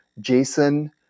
Jason